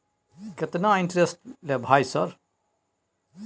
केतना इंटेरेस्ट ले भाई सर?